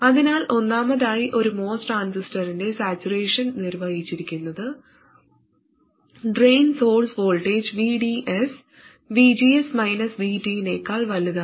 അതിനാൽ ഒന്നാമതായി ഒരു MOS ട്രാൻസിസ്റ്ററിന്റെ സാച്ചുറേഷൻ നിർവചിച്ചിരിക്കുന്നത് drain source voltage VDS VGS VT നേക്കാൾ വലുതാണ്